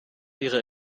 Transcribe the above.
ihrer